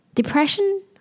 depression